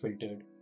filtered